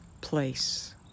place